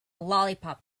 lollipop